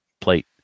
plate